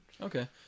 Okay